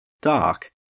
dark